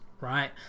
right